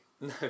No